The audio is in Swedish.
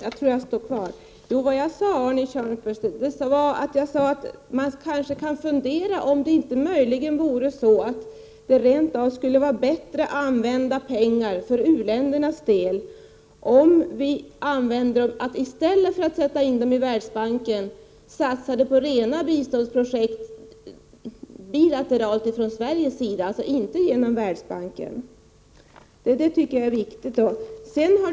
Herr talman! jag sade att man kanske kunde fundera över om det inte möjligen vore bättre om vi i stället för att sätta in pengarna i Världsbanken satsade dem på rena biståndsprojekt bilateralt från Sveriges sida. Det tycker jag är en viktig punkt.